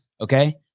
okay